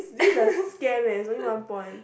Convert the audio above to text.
this is a scam eh it's only one point